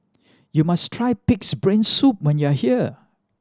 you must try Pig's Brain Soup when you are here